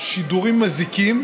שידורים מזיקים,